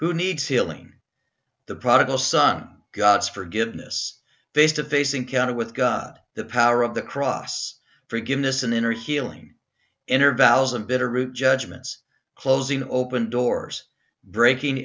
who needs healing the prodigal son god's forgiveness face to face encounter with god the power of the cross forgiveness an inner healing intervallic bitterroot judgments closing open doors breaking